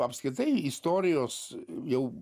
apskritai istorijos jau